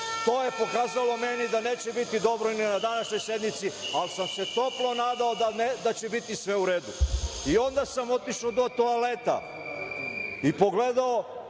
To je pokazalo meni da neće biti dobro ni na današnjoj sednici, ali sam se toplo nadao da će biti sve u redu. Onda sam otišao do toaleta i pogledao